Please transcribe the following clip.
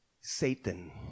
Satan